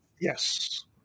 Yes